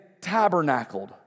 tabernacled